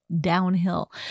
downhill